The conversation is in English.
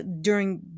During-